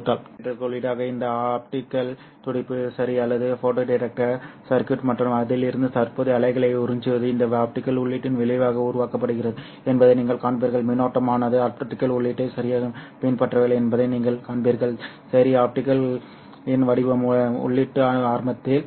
photo டிடெக்டருக்கு உள்ளீடாக இந்த ஆப்டிகல் துடிப்பு சரி அல்லது ஃபோட்டோ டிடெக்டர் சர்க்யூட் மற்றும் அதிலிருந்து தற்போதைய அலைகளை உறிஞ்சுவது இந்த ஆப்டிகல் உள்ளீட்டின் விளைவாக உருவாக்கப்படுகிறது என்பதை நீங்கள் காண்பீர்கள் மின்னோட்டமானது ஆப்டிகல் உள்ளீட்டை சரியாக பின்பற்றவில்லை என்பதை நீங்கள் காண்பீர்கள் சரி ஆப்டிகலின் வடிவம் உள்ளீடு ஆரம்பத்தில்